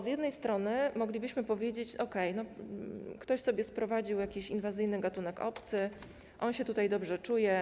Z jednej strony moglibyśmy powiedzieć: okej, ktoś sobie sprowadził jakiś inwazyjny gatunek obcy, on się tutaj dobrze czuje.